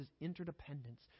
interdependence